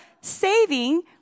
saving